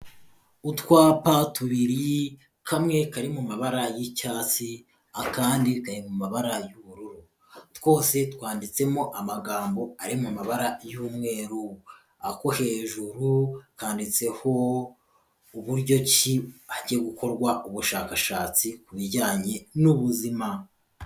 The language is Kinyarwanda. Utwapa tubiri, kamwe kari mu mabara y'icyatsi, akandi kari mu mabara y'ubururu. Twose twanditsemo amagambo ari mu mabara y'umweru. Ako hejuru kanditseho uburyo ki hagiye gukorwa ubushakashatsi ku bijyanye n'ubuzima.